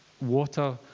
Water